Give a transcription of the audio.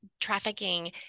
trafficking